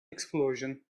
explosion